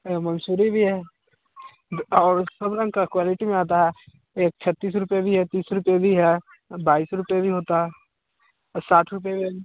आ मंसूरी भी है और सब रंग की क्वालिटी में आता है एक छत्तीस रुपये भी है तीस रुपये भी है बाईस रुपये भी होता और साठ रुपये में